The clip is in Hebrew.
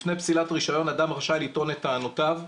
לפני פסילת רישיון אדם רשאי לטעון את טענותיו,